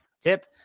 tip